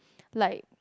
like